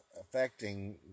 affecting